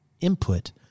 input